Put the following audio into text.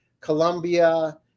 Colombia